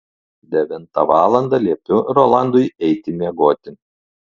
devintą valandą liepiu rolandui eiti miegoti